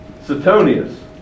Suetonius